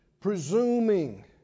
presuming